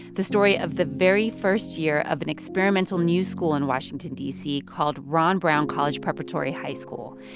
the story of the very first year of an experimental new school in washington, d c, called ron brown college preparatory high school.